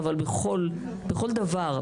אבל בכל דבר,